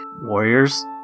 Warriors